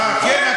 אה, כן?